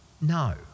No